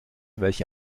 welche